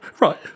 right